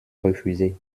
refusée